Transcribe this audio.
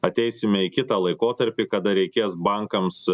ateisime į kitą laikotarpį kada reikės bankams